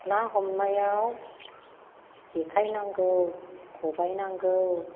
ना हमनायाव जेखाइ नांगौ खबाय नांगौ